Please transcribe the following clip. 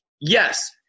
Yes